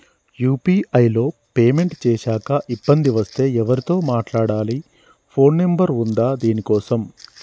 UPI లో payment చేశాక ఇబ్బంది వస్తే ఎవరితో మాట్లాడాలి? ఫోన్ నంబర్ ఉందా దీనికోసం?